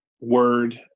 Word